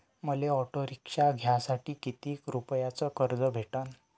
मले auto rickshaw घ्यासाठी कितीक रुपयाच कर्ज भेटनं?